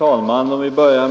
Herr talman!